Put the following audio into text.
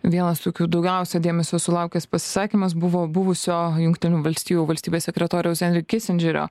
vienas tokių daugiausia dėmesio sulaukęs pasisakymas buvo buvusio jungtinių valstijų valstybės sekretoriaus henri kisindžerio